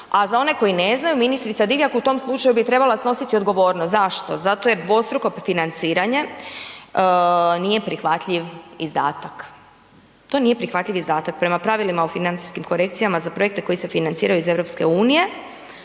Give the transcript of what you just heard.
A za one koji ne znaju ministrica Divjak u tom slučaju bi trebala snositi odgovornost. Zašto? Zato jer dvostruko financiranje nije prihvatljiv izdatak. To nije prihvatljiv izdatak prema pravilima o financijskim korekcijama za projekte koji se financiraju iz EU,